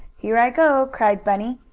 here i go! cried bunny,